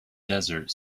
desert